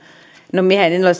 no minähän en en ole